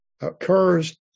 occurs